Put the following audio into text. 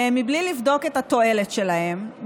מבלי לבדוק את התועלת שלהם,